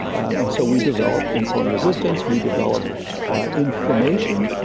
and so we develop insulin resistance, we develop inflammation,